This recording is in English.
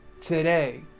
today